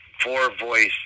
four-voice